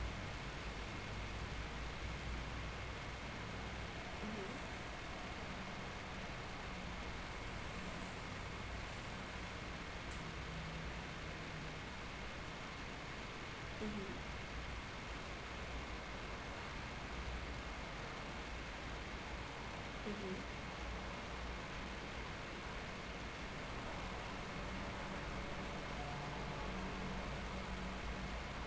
mm mm mm